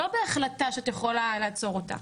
לא בהחלטה שאת יכולה לעצור אותה.